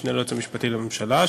המשנה ליועץ המשפטי לממשלה,